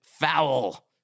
foul